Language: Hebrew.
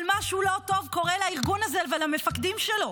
אבל משהו לא טוב קורה לארגון הזה ולמפקדים שלו,